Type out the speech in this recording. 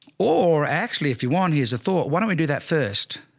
or actually if you want, here's a thought, why don't we do that first?